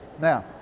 Now